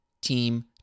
team